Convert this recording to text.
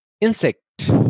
insect